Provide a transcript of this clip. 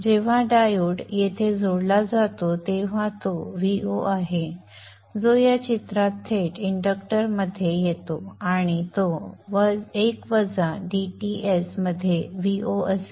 जेव्हा डायोड येथे जोडला जातो तेव्हा तो Vo आहे जो या चित्रात थेट इंडक्टरमध्ये येतो आणि तो 1 वजा dTs मध्ये Vo असेल